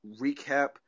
recap